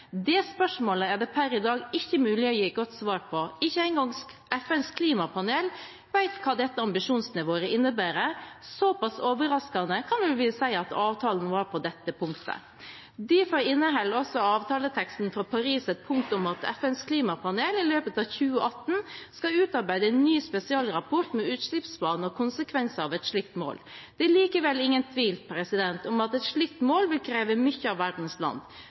Det spørsmålet er det per i dag ikke mulig å gi et godt svar på. Ikke engang FNs klimapanel vet hva dette ambisjonsnivået innebærer. Såpass overraskende kan vi vel si at avtalen var på dette punktet. Derfor inneholder også avtaleteksten fra Paris et punkt om at FNs klimapanel i løpet av 2018 skal utarbeide en ny spesialrapport med utslippsbaner og konsekvenser av et slikt mål. Det er likevel ingen tvil om at et slikt mål vil kreve mye av verdens land.